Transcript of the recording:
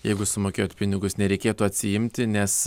jeigu sumokėjot pinigus nereikėtų atsiimti nes